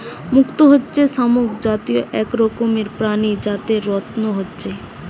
মুক্ত হচ্ছে শামুক জাতীয় এক রকমের প্রাণী যাতে রত্ন হচ্ছে